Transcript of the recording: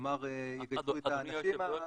כלומר יגייסו את האנשים --- אדוני היושב ראש,